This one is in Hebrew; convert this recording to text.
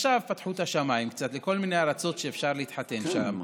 ועכשיו פתחו את השמיים קצת לכל מיני ארצות שאפשר להתחתן שם,